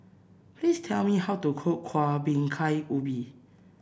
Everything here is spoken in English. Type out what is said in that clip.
please tell me how to cook Kueh Bingka Ubi